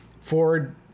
Ford